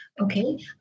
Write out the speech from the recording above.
Okay